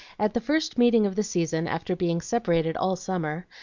at the first meeting of the season, after being separated all summer,